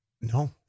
No